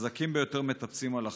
החזקים ביותר מטפסים על החלשים.